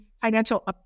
financial